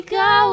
go